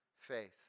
faith